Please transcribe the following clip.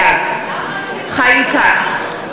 בעד חיים כץ,